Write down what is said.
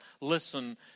listen